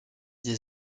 des